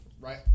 Right